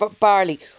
barley